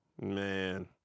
Man